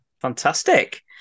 Fantastic